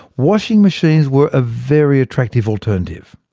washing machines were a very attractive alternative.